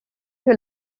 que